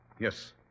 Yes